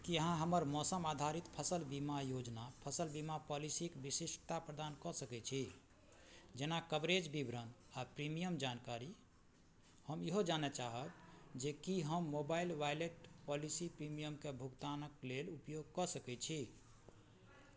कि अहाँ हमर मौसम आधारित फसिल बीमा योजना फसिल बीमा पॉलिसीके विशेषता प्रदान कऽ सकै छी जेना कवरेज विवरण आओर प्रीमियम जानकारी हम इहो जानऽ चाहब जे कि हम मोबाइल वैलेट पॉलिसी प्रीमियमके भुगतानक लेल उपयोग कऽ सकै छी